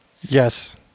Yes